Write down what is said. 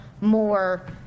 more